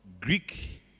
Greek